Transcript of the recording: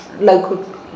local